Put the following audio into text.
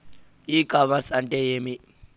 ఇ commerce అంటే ఏమి?